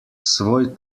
svoj